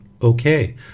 Okay